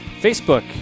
Facebook